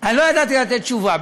אני לא ידעתי לתת תשובה,